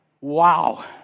wow